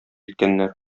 иткәннәр